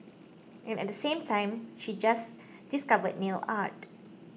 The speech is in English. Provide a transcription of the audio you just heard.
and at the same time she just discovered nail art